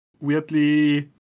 weirdly